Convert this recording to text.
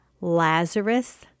Lazarus